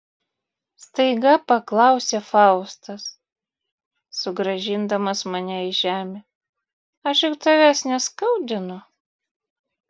staiga paklausė faustas sugrąžindamas mane į žemę aš juk tavęs neskaudinu